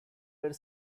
were